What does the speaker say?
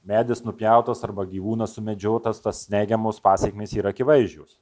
medis nupjautas arba gyvūnas sumedžiotas tos neigiamos pasekmės yra akivaizdžios